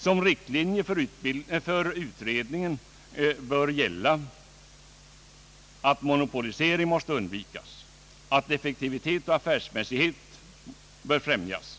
Som riktlinje för utredningen bör gälla att monopolisering undvikes, att effektivitet och affärsmässighet främjas,